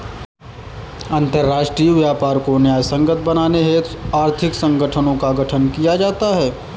अंतरराष्ट्रीय व्यापार को न्यायसंगत बनाने हेतु आर्थिक संगठनों का गठन किया गया है